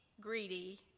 greedy